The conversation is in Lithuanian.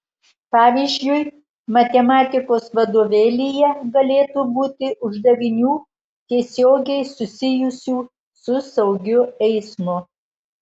pavyzdžiui matematikos vadovėlyje galėtų būti uždavinių tiesiogiai susijusių su saugiu eismu